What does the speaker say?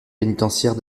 pénitentiaire